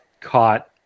caught